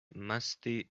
musty